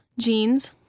jeans